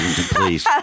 Please